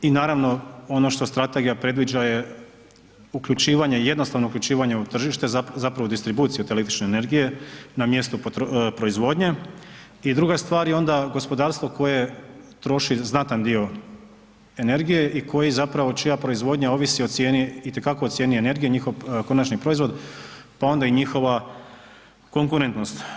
I naravno ono što strategija predviđa je uključivanje, jednostavno uključivanje u tržište zapravo distribuciju te električne energije na mjestu proizvodnje i druga stvar je onda gospodarstvo koje troši znatan dio energije i koji zapravo čija proizvodnja ovisi o cijeni itekako o cijeni energije, njihov konačni proizvod pa onda i njihova konkurentnost.